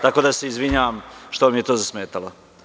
Tako da, izvinjavam se što vam je to zasmetalo.